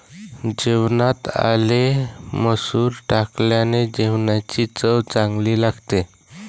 जेवणात आले मसूर टाकल्याने जेवणाची चव चांगली लागते